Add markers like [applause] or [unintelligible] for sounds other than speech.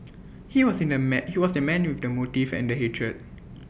he was in the [unintelligible] he was the man with the motive and the hatred